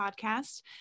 podcast